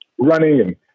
running